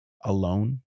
alone